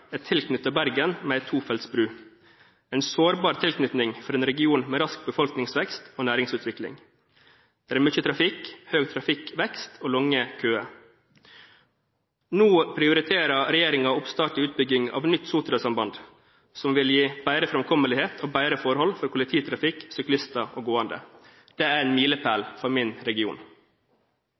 er tilknyttet Bergen med en tofelts bro – en sårbar tilknytning for en region med rask befolkningsvekst og næringsutvikling. Det er mye trafikk, høy trafikkvekst og lange køer. Nå prioriterer regjeringen oppstart i utbygging av nytt Sotra-samband, som vil gi bedre framkommelighet og bedre forhold for kollektivtrafikk, syklister og gående. Det er en milepæl for min region.